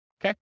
Okay